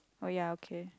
oh ya okay